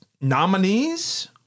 nominees